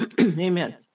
Amen